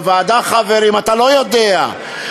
בוועדה חברים, אתה לא יודע.